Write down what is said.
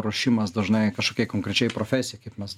ruošimas dažnai kažkokiai konkrečiai profesijai kaip mes